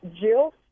Jill